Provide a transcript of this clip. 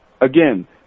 again